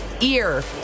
Ear